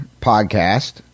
podcast